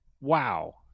wow